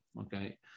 okay